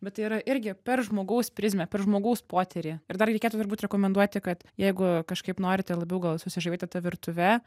bet tai yra irgi per žmogaus prizmę per žmogaus potyrį ir dar reikėtų turbūt rekomenduoti kad jeigu kažkaip norite labiau gal susižavėti ta virtuve